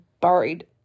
buried